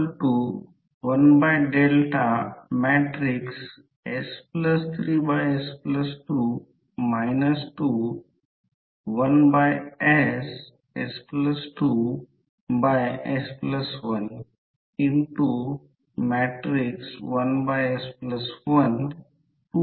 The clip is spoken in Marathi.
तर ही फ्लक्सची दिशा आहे टोटल फ्लक्स ∅1 आहे असे म्हणा जर तो पाथ येथे जात असेल आणि पाथ DC सर्किट सारखा जात असेल आणि हा फ्लक्स वाहतो आणि फ्लक्सची दिशा अशा प्रकारे असेल याचा अर्थ हे असेल आणि हे होईल आणि ते Fm असेल हि फ्लक्सची दिशा आणि प्रत्यक्षात फ्लक्समधून करंट कुठून बाहेर पडतो ते पहा